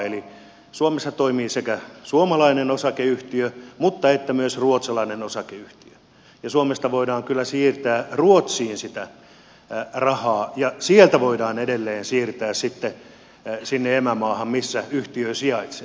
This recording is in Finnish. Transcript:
eli suomessa toimii sekä suomalainen osakeyhtiö että myös ruotsalainen osakeyhtiö ja suomesta voidaan kyllä siirtää ruotsiin sitä rahaa ja sieltä sitä voidaan edelleen siirtää sitten sinne emämaahan missä yhtiö sijaitsee